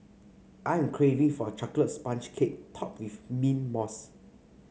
I am craving for a chocolate sponge cake topped with mint mousse